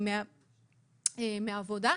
מהעבודה?